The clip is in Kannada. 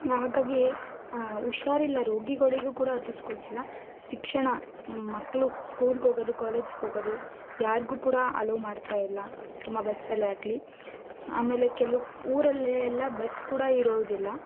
ಹಾಗಾಗಿ ಹುಷಾರಿಲ್ಲ ರೋಗಿಗಳಿಗೂ ಕೂಡ ಹತ್ತಿಸ್ಕೊಳ್ತಿಲ್ಲ ಶಿಕ್ಷಣ ಮಕ್ಕಳು ಸ್ಕೂಲ್ಗೋಗೋದು ಕಾಲೇಜ್ಸ್ಗೋಗೋದು ಯಾರಿಗೂ ಕೂಡ ಅಲೋವ್ ಮಾಡ್ತಾಯಿಲ್ಲ ತುಂಬ ಬಸ್ಸಲ್ಲಾಗಲಿ ಆಮೇಲೆ ಕೆಲವು ಊರಲ್ಲಿ ಎಲ್ಲ ಬಸ್ ಕೂಡ ಇರೋದಿಲ್ಲ